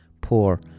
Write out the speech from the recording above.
poor